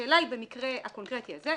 השאלה היא במקרה הקונקרטי הזה,